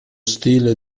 stile